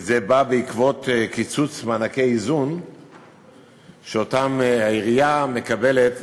וזה בא בעקבות קיצוץ מענקי איזון שהעירייה מקבלת